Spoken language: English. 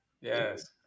Yes